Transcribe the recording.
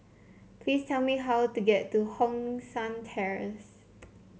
please tell me how to get to Hong San Terrace